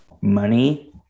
money